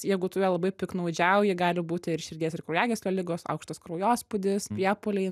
jeigu tu juo labai piktnaudžiauji gali būti ir širdies ir kraujagyslių ligos aukštas kraujospūdis priepuoliai